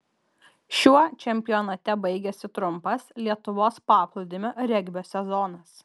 šiuo čempionate baigėsi trumpas lietuvos paplūdimio regbio sezonas